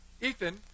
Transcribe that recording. Ethan